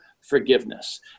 forgiveness